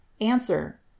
Answer